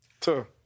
Two